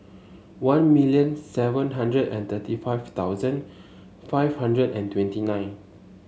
one million seven hundred and thirty five thousand five hundred and twenty nine